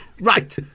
Right